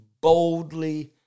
boldly